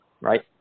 right